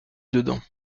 dedans